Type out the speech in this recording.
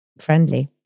Friendly